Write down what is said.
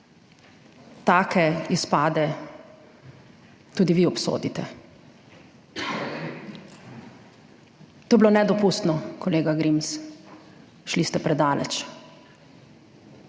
take izpade tudi vi obsodite. To je bilo nedopustno, kolega Grims. Šli ste predaleč.